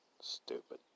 stupid